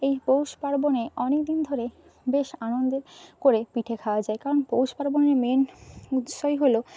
এই পৌষপার্বণে অনেকদিন ধরে বেশ আনন্দে করে পিঠে খাওয়া যায় কারণ পৌষপার্বণের মেন উৎবসই হল